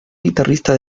guitarrista